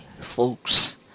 folks